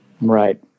Right